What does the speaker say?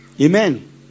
Amen